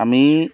আমি